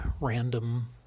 random